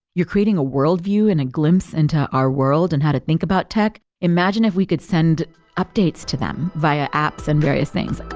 you're creating a worldview and a glimpse into our world and how to think about tech. imagine if we could send updates to them via apps and various things.